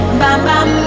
bam-bam